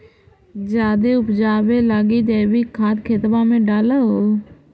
जायदे उपजाबे लगी जैवीक खाद खेतबा मे डाल हो?